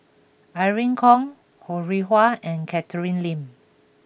Irene Khong Ho Rih Hwa and Catherine Lim